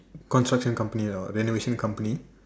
construction company or renovation company